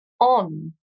on